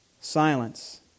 silence